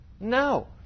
No